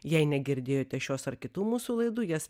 jei negirdėjote šios ar kitų mūsų laidų jas